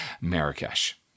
Marrakesh